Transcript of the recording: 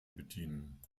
bedienen